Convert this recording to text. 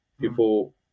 people